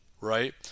right